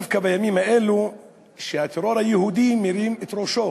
דווקא בימים האלו שהטרור היהודי מרים את ראשו